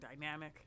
dynamic